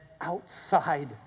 outside